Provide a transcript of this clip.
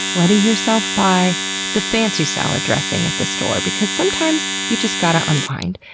letting yourself buy the fancy salad dressing at the store, because sometimes you just gotta unwind.